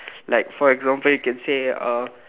like for example you can say uh